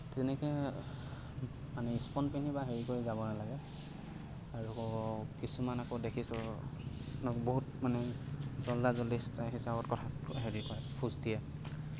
তেনেকে মানে পিন্ধি বা হেৰি কৰি যাব নালাগে আৰু ধৰক বহুত মানে জলদা জলদি হিচাপত কথাটো হেৰি কৰে খুচ দিয়ে